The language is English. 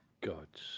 God's